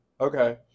Okay